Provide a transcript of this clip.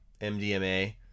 mdma